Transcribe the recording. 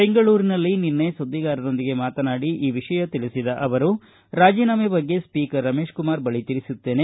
ಬೆಂಗಳೂರಿನಲ್ಲಿ ನಿನ್ನೆ ಸುದ್ಲಿಗಾರರೊಂದಿಗೆ ಮಾತನಾಡಿ ಈ ವಿಷಯ ತಿಳಿಸಿದ ಅವರು ರಾಜೀನಾಮೆ ಬಗ್ಗೆಸ್ಟೀಕರ್ ರಮೇಶ್ ಕುಮಾರ್ ಬಳಿ ತಿಳಿಸುತ್ತೇನೆ